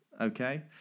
Okay